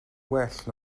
well